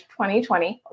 2020